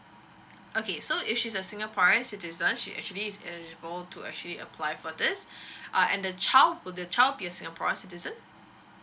okay so if she's a singaporean citizen she actually is eligible to actually apply for this uh and the child will the child be a singaporean citizen